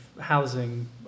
housing